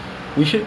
you know